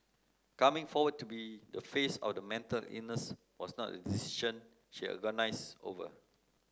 coming forward to be the face of the mental illness was not a decision she agonised over